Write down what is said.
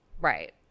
Right